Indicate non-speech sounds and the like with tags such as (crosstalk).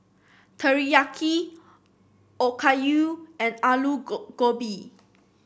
Teriyaki Okayu and Alu (unintelligible) Gobi